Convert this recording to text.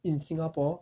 in singapore